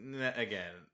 again